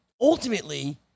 ultimately